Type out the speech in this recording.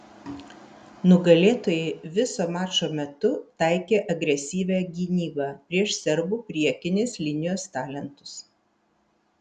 nugalėtojai viso mačo metu taikė agresyvią gynybą prieš serbų priekinės linijos talentus